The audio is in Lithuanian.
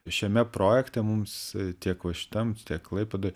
šiame projekte mums tiek va šitam tiek klaipėdoj